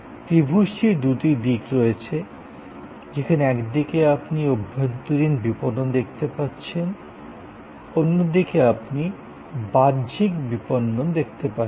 ত্রিভুজটির দুটি দিক রয়েছে যেখানে একদিকে আপনি অভ্যন্তরীণ বিপণন দেখতে পাচ্ছেন অন্যদিকে আপনি বাহ্যিক বিপণন দেখতে পাচ্ছেন